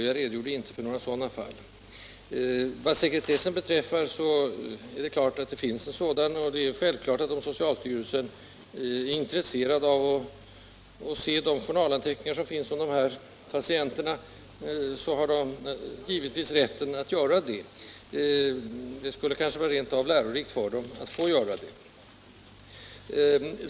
Det är klart att det finns sekretessbelagda handlingar, och självfallet har socialstyrelsen, om den är intresserad, rätt att få se de journalanteckningar som finns om dessa patienter. Det skulle kanske rent av vara lärorikt att göra det.